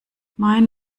mein